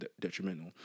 detrimental